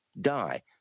die